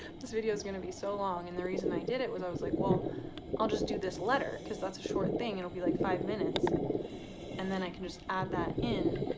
this video's gonna be so long and the reason i did it was i was like well i'll just do this letter because that's a short thing it'll be like five minutes and then i can just add that in